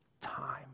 time